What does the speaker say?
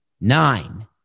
nine